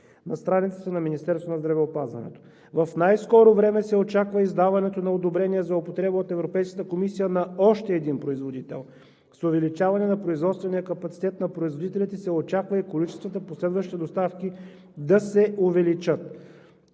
на страницата на Министерството на здравеопазването. В най-скоро време се очаква издаването на одобрение за употреба от Европейската комисия на още един производител. С увеличаване на производствения капацитет на производителите се очаква и количествата последващи доставки да се увеличат.